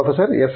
professor S